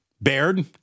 Baird